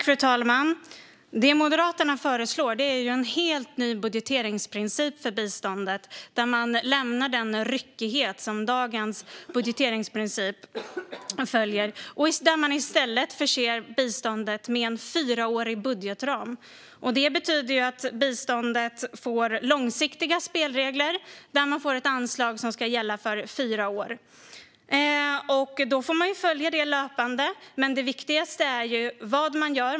Fru talman! Det som Moderaterna föreslår är en helt ny budgeteringsprincip för biståndet, som lämnar den ryckighet som följer av dagens budgeteringsprincip. I stället förses biståndet med en fyraårig budgetram. Det betyder att biståndet får långsiktiga spelregler med ett anslag som ska gälla för fyra år. Detta får man följa löpande. Men det viktigaste är ju vad man gör.